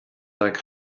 like